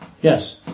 Yes